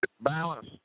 Balance